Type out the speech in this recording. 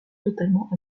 totalement